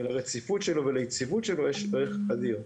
לרציפות שלו ויציבות שלו יש ערך אדיר.